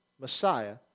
Messiah